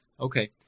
Okay